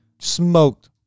Smoked